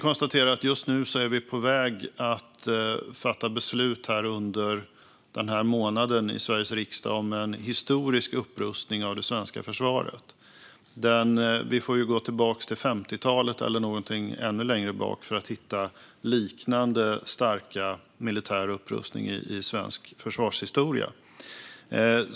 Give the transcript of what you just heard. Denna månad kommer vi att fatta beslut i Sveriges riksdag om en historisk upprustning av det svenska försvaret. Vi får gå tillbaka till 50talet eller ännu längre för att hitta en liknande stor militär upprustning i svensk försvarshistoria.